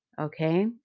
okay